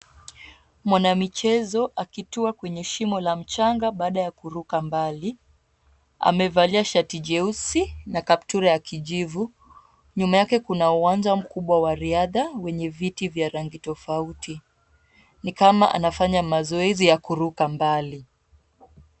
Mwanamichezo akitua kwenye shimo la mchanga baada ya kuruka mbali ,amevalia shati jeusi na kaptula ya kijivu .Nyuma yake kuna uwanja mkubwa wa riadha wenye viti vya rangi tofauti , ni kama anafanya mazoezi ya kuruka mbali.